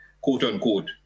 quote-unquote